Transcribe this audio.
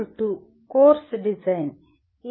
module 2 "course design"